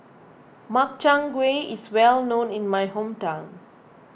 Makchang Gui is well known in my hometown